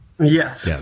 Yes